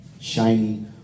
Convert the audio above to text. shiny